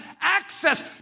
access